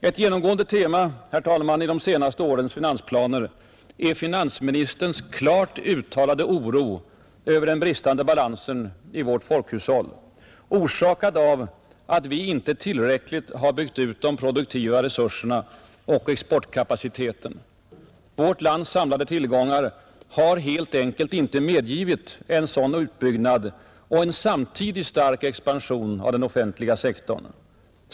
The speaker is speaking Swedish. Ett genomgående tema, herr talman, i de senaste årens finansplaner är finansministerns klart uttalade oro över den bristande balansen i vårt folkhushåll, orsakad av att vi inte tillräckligt har byggt ut de produktiva resurserna och exportkapaciteten. Vårt lands samlade tillgångar har helt enkelt inte medgivit en sådan utbyggnad och en samtidig stark expansion av den offentliga sektorn.